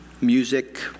music